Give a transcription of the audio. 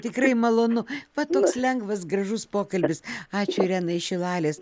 tikrai malonu va toks lengvas gražus pokalbis ačiū irenai iš šilalės